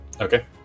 Okay